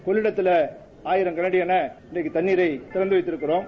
கொள்ளிடத்தில் ஆயிரம் கள அடி என இன்றைக்கு தண்ணீரா திறந்து வைத்திருக்கிறோம்